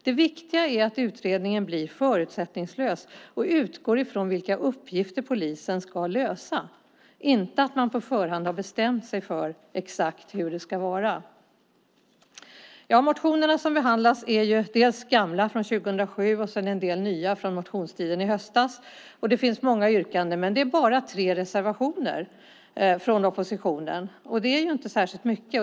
Det viktiga är att utredningen blir förutsättningslös och utgår från vilka uppgifter polisen ska lösa, inte att man på förhand har bestämt sig för hur det ska vara. Motionerna som behandlas är dels gamla från 2007, dels en del nya från motionstiden i höstas. Det finns många yrkanden, men det är bara tre reservationer från oppositionen. Det är inte särskilt mycket.